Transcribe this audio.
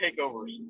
takeovers